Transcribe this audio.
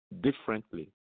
differently